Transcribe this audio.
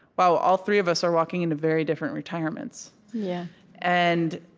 wow, all three of us are walking into very different retirements yeah and